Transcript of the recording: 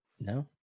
No